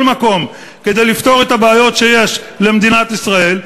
מקום כדי לפתור את הבעיות שיש למדינת ישראל,